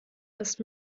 erst